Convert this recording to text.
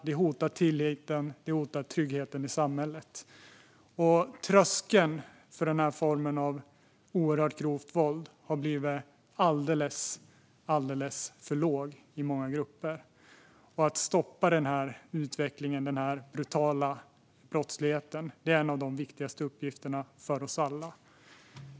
Det hotar tilliten och tryggheten i samhället. Tröskeln för denna form av oerhört grovt våld har blivit alldeles för låg i många grupper. Att stoppa utvecklingen av denna brutala brottslighet är en av de viktigaste uppgifterna för oss alla.